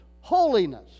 holiness